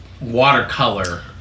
Watercolor